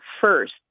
first